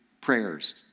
prayers